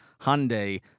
Hyundai